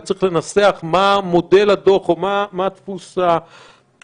וצריך לנסח מה מודל הדוח או מה דפוס הדיווח,